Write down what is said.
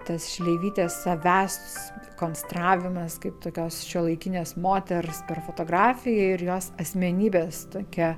tas šleivytės savęs konstravimas kaip tokios šiuolaikinės moters per fotografiją ir jos asmenybės tokia